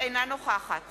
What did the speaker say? אינה נוכחת